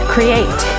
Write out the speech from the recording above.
Create